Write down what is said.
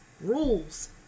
rules